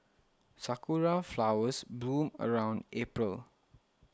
sakura flowers bloom around April